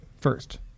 first